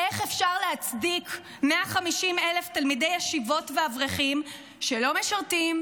איך אפשר להצדיק 150,000 תלמידי ישיבות ואברכים שלא משרתים,